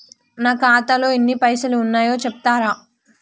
నా ఖాతాలో ఎన్ని పైసలు ఉన్నాయి చెప్తరా?